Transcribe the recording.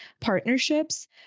partnerships